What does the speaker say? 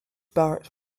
barrett